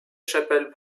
chapelle